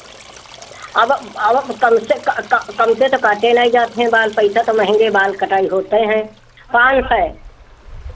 अब अब कम से कम कम से तो काटे नहीं जात हैं बाल पैसा तो महंगे बाल कटाई होते हैं पाँच सौ